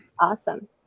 Awesome